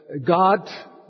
God